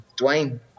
Dwayne